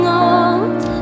old